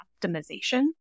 optimization